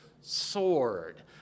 Sword